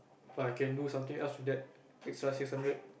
or I can do something else with that extra six hundred